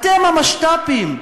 אתם המשת"פים.